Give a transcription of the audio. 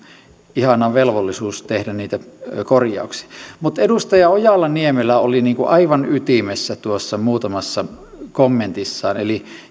ihana velvollisuus tehdä niitä korjauksia edustaja ojala niemelä oli aivan ytimessä muutamassa kommentissaan eli